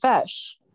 fish